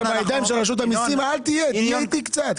בידיים של רשות המסים אל תהיה, תהיה איתי קצת.